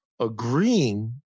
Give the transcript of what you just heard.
Agreeing